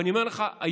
אבל אני אומר לך היום,